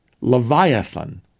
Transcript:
Leviathan